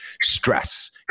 stress